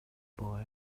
boy